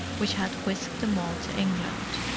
which had whisked them all to england.